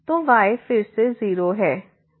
तो y फिर से 0 है